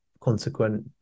consequent